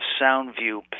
Soundview